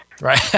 Right